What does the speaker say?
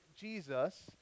Jesus